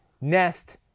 NEST